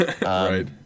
Right